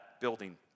building